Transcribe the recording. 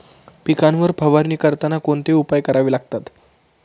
पिकांवर फवारणी करताना कोणते उपाय करावे लागतात?